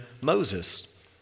Moses